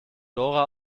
dora